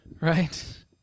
right